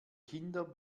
kinder